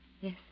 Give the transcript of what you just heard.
Yes